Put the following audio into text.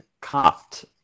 copped